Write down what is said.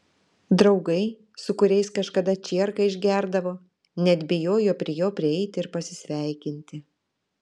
draugai su kuriais kažkada čierką išgerdavo net bijojo prie jo prieiti ir pasisveikinti